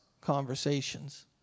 conversations